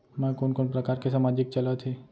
मैं कोन कोन प्रकार के सामाजिक चलत हे?